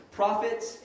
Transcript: prophets